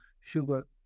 sugar